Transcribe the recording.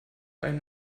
einen